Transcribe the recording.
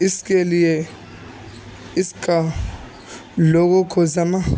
اس کے لیے اس کا لوگوں کو ذمہ